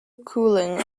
cooling